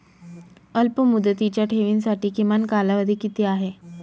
अल्पमुदतीच्या ठेवींसाठी किमान कालावधी किती आहे?